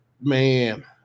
man